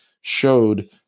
showed